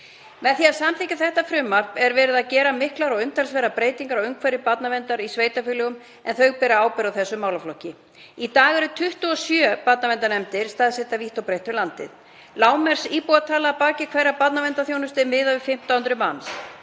Með því að samþykkja þetta frumvarp er verið að gera miklar og umtalsverðar breytingar á umhverfi barnaverndar í sveitarfélögum en þau bera ábyrgð á þessum málaflokki. Í dag eru 27 barnaverndarnefndir staðsettar vítt og breitt um landið. Lágmarksíbúatala á bak við hverrar barnaverndarþjónustu er miðuð við 1.500 manns.